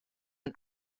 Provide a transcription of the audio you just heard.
ein